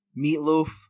Meatloaf